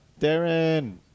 Darren